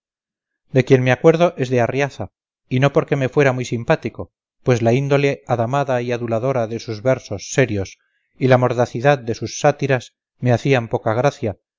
de quien me acuerdo es de arriaza y no porque me fuera muy simpático pues la índole adamada y aduladora de sus versos serios y la mordacidad de sus sátiras me hacían poca gracia